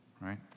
right